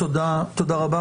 תודה רבה.